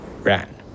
ran